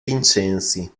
vincenzi